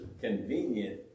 convenient